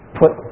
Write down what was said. put